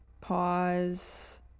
pause